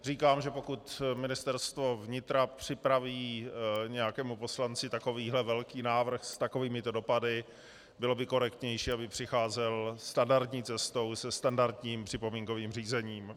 Říkám, že pokud Ministerstvo vnitra připraví nějakému poslanci takovýhle velký návrh s takovýmito dopady, bylo by korektnější, aby přicházel standardní cestou, se standardním připomínkovým řízením.